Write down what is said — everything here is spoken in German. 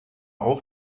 auch